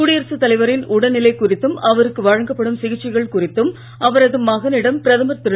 குடியரசு தலைவாின் உடல் நிலை குறித்தும் அவருக்கு வழங்கப்படும் சிகிச்சைகள் குறித்தும் அவரது மகனிடம் பிரதமர் திரு